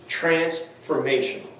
transformational